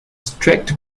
streaked